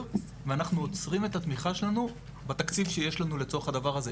ואנחנו עוצרים את התמיכה שלנו בתקציב שיש לנו לצורך הזה,